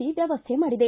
C ವ್ಯವಸ್ಥೆ ಮಾಡಿದೆ